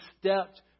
stepped